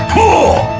ooh,